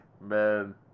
Man